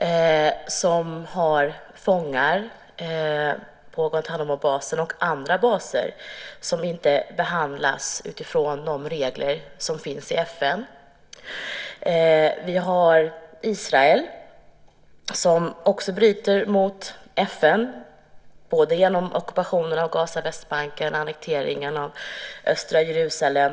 USA har fångar på Guantánamobasen och andra baser som inte behandlas utifrån de regler som finns i FN. Israel bryter också mot FN:s regler, både genom ockupationen av Gaza och Västbanken och annekteringen av östra Jerusalem.